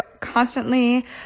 constantly